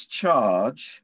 charge